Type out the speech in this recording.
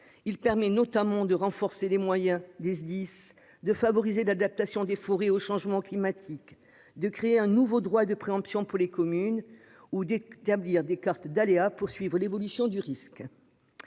Il permet, notamment, de renforcer les moyens des Sdis, de favoriser l'adaptation des forêts au changement climatique, de créer un nouveau droit de préemption pour les communes et d'établir des cartes d'aléas pour suivre l'évolution du risque.